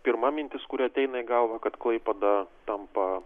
pirma mintis kuri ateina į galvą kad klaipėda tampa